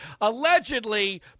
Allegedly